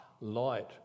Light